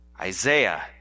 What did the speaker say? Isaiah